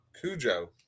Cujo